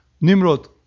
Nimrod